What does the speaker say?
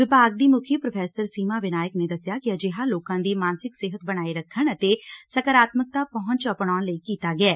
ਵਿਭਾਗ ਦੀ ਮੁੱਖੀ ਪ੍ਰੋਫੈਸਰ ਸੀਮਾ ਵਿਨਾਇਕ ਨੇ ਦੋਸਿਐ ਕਿ ਅਜਿਹਾ ਲੋਕਾਂ ਦੀ ਮਾਨਸਿਕ ਸਿਹਤ ਬਣਾਏ ਰੱਖਣ ਅਤੇ ਸਕਾਰਾਤਮਕ ਪਹੁੰਚ ਅਪਣਾਉਣ ਲਈ ਕੀਤਾ ਗਿਐ